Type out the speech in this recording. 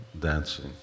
dancing